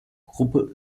gruppe